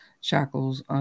shackles